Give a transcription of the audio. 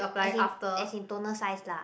as in as in toner size lah